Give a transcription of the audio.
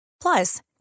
Plus